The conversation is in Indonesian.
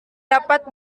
dapat